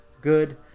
good